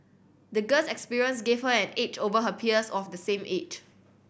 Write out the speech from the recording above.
the girl's experience gave her an edge over her peers of the same age